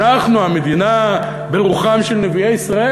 אנחנו המדינה ברוחם של נביאי ישראל.